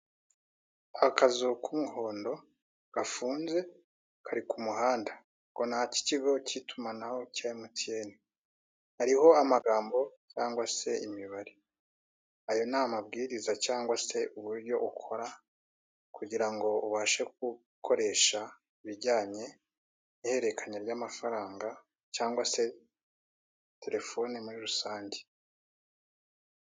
Akazu k'umuhondo gafunze kari ku muhanda ngo ni ak'ikigo cy'itumanaho cya emutiyene, hariho amagambo cyangwa se imibare. Ayo ni amabwiriza cyangwa se uburyo ukora kugirango ubashe gukoresha ibijyanye ihererekanya ry'amafaranga cyangwa se telefone muri rusange.